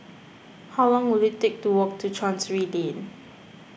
how long will it take to walk to Chancery Lane